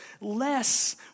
less